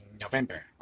November